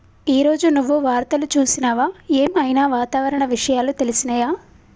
ఈ రోజు నువ్వు వార్తలు చూసినవా? ఏం ఐనా వాతావరణ విషయాలు తెలిసినయా?